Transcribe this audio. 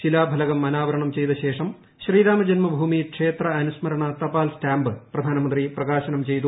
ശിലാഫലകം അനാവർണം ചെയ്തശേഷം ശ്രീരാമജന്മഭൂമി ക്ഷേത്ര അനുസ്മരണ തപാൽസ്റ്റാമ്പ് പ്രധാനമന്ത്രി പ്രകാശനം ചെയ്തു